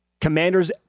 Commanders